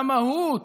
למהות,